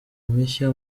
mishya